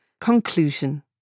Conclusion